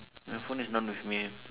my phone is not with me